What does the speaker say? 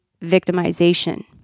victimization